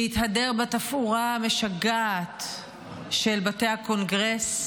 שהתהדר בתפאורה המשגעת של בתי הקונגרס,